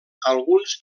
alguns